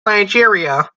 nigeria